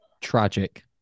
Tragic